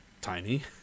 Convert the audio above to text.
tiny